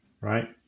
right